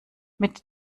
mit